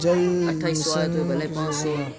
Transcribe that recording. जल जीवन मिशन योजना क्या है?